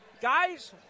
guys